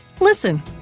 Listen